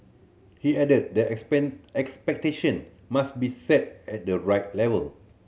he added that expectation must be set at the right level